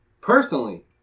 personally